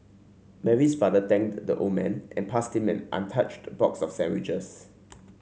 Mary's father thanked the old man and passed him an untouched box of sandwiches